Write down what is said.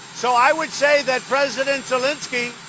so i would say that president zelenskiy